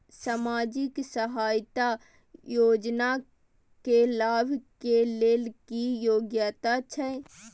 सामाजिक सहायता योजना के लाभ के लेल की योग्यता छै?